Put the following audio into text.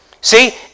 See